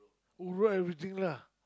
write everything lah